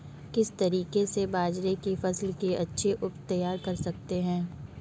किस तरीके से बाजरे की फसल की अच्छी उपज तैयार कर सकते हैं?